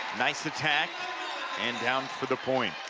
nice attack and down for the point.